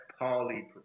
Paulie